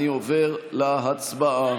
אני עובר להצבעה.